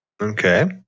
Okay